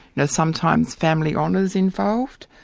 now sometimes family honour's involved,